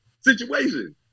situation